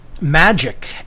magic